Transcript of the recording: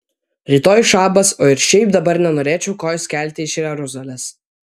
rytoj šabas o ir šiaip dabar nenorėčiau kojos kelti iš jeruzalės